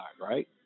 right